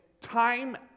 time